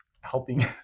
helping